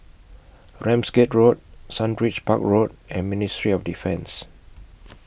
Ramsgate Road Sundridge Park Road and Ministry of Defence